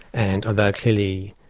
and, although, clearly,